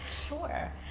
Sure